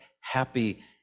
happy